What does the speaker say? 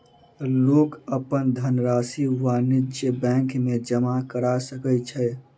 लोक अपन धनरशि वाणिज्य बैंक में जमा करा सकै छै